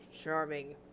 Charming